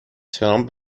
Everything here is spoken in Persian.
ترامپ